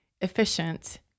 efficient